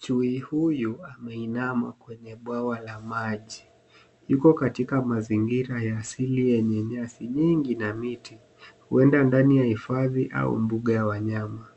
Chui huyu ameinama kwenye bwawa la maji. Yuko katika mazingira ya asili yenye nyasi nyingi na miti, huenda ndani ya hifadhi au mbuga ya wanyama.